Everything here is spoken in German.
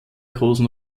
großen